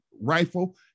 rifle